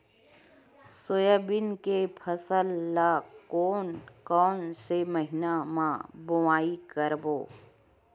Soybean के फसल ल कोन कौन से महीना म बोआई करबो?